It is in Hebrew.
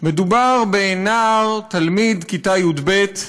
מדובר בנער, תלמיד כיתה י"ב.